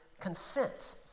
consent